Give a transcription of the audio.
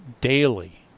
daily